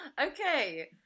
Okay